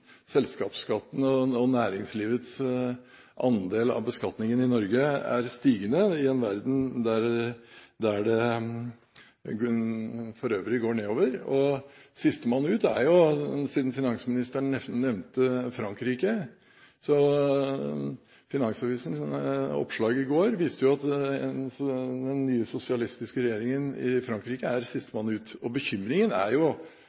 og næringslivets andel av beskatningen i Norge er stigende i en verden der det for øvrig går nedover. Siden finansministeren nevnte Frankrike – et oppslag i Finansavisen i går viste at den nye sosialistiske regjeringen i Frankrike er sistemann ut. Bekymringen er